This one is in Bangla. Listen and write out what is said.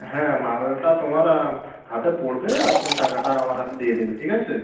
হ্যাঁ মালটা তোমার হাতে পড়বে আর তুমি টাকাটা আমার হাতে দিয়ে দেবে ঠিক আছে